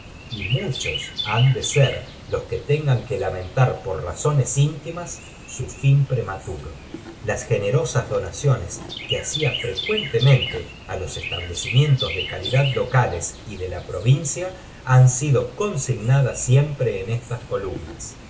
y muchos hán de ser los que tengan que lamentar por ranzones íntimas su fin prematuro das generosas donaciones que hacía frecuentemente á los estableeimientos de caridad locales y de la provincia han sido consignadas siempre en estas columnas